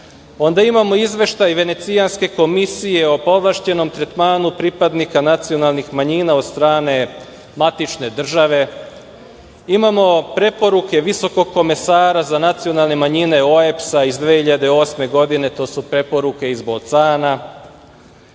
Onda imamo izveštaj Venecijanske komisije o povlašćenom tretmanu pripadnika nacionalnih manjina od strane matične države. Imamo preporuke Visokog komesara za nacionalne manjine OEBS iz 2008. godine. To su preporuke iz Bocana. Svi